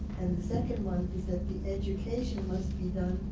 second one is that the education